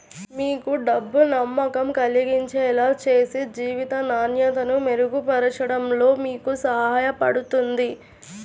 మీకు డబ్బు నమ్మకం కలిగించేలా చేసి జీవిత నాణ్యతను మెరుగుపరచడంలో మీకు సహాయపడుతుంది